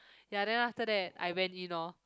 ya then after that I went in orh